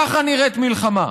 ככה נראית מלחמה.